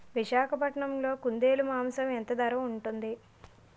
విశాఖపట్నంలో కుందేలు మాంసం ఎంత ధర ఉంటుంది?